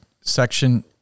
section